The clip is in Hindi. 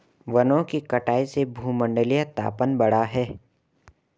वनों की कटाई से भूमंडलीय तापन बढ़ा है